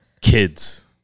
Kids